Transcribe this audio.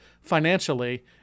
financially